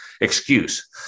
excuse